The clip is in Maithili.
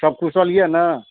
सभ कुशल यऽ ने